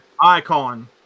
Icon